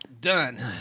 done